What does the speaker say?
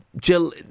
Jill